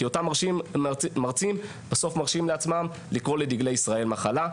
כי אותם מרצים בסוף מרשים לעצמם לקרוא לדגלי ישראל מחלה,